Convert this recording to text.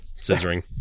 Scissoring